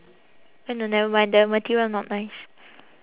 eh no never mind the material not nice